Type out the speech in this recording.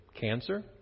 cancer